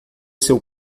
seu